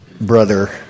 brother